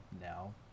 now